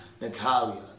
Natalia